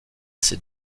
ses